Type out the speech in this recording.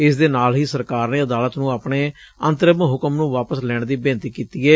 ਇਸ ਦੇ ਨਾਲ ਹੀ ਸਰਕਾਰ ਨੇ ਅਦਾਲਤ ਨੁੰ ਆਪਣੇ ਅੰਤਰਿਮ ਹੁਕਮ ਨੁੰ ਵਾਪਸ ਲੈਣ ਦੀ ਬੇਨਤੀ ਕੀਤੀ ਏ